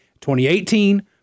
2018